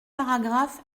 paragraphe